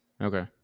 Okay